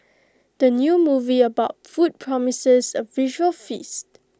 the new movie about food promises A visual feast